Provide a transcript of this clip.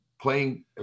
playing